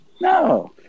No